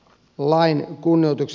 lain kunnioitus